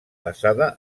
basada